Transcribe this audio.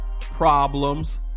problems